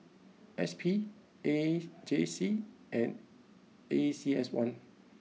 S P A J C and A C S one